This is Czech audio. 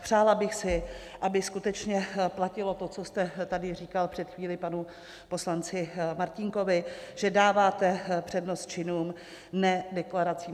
Přála bych si, aby skutečně platilo to, co jste tady říkal před chvílí panu poslanci Martínkovi, že dáváte přednost činům, ne deklaracím.